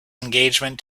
engagement